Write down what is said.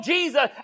Jesus